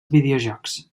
videojocs